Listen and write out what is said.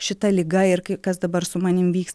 šita liga ir kas dabar su manim vyks